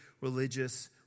religious